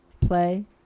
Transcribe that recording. play